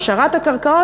הפשרת הקרקעות,